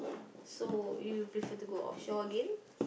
so you prefer to go offshore again